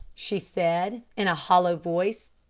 she said in a hollow voice.